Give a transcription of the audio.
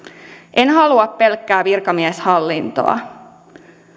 en halua pelkkää virkamieshallintoa